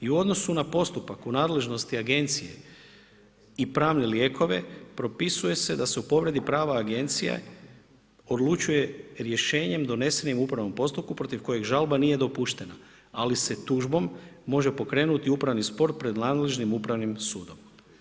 I u odnosu na postupak u nadležnosti agencije i pravne lijekove, propisuje se da se o povredi prava agencije odlučuje rješenjem donesenim u upravnom postupku, protiv kojeg žalba nije dopuštena, ali se tužbom može pokrenuti upravni spor, pred nadležnim upravnim sudom.